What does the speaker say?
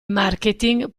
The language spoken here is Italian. marketing